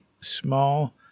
small